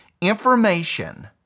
information